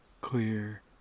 clear